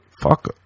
fuck